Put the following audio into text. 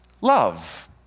love